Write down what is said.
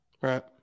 Right